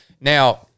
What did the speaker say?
Now